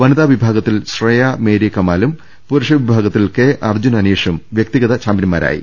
വനിതാ വിഭാഗത്തിൽ ശ്രേയാ ്മേരി കമാലും പുരുഷ വിഭാഗ ത്തിൽ കെ അർജുൻ അനീഷും വ്യക്തിഗത് ചാമ്പ്യൻമാരായി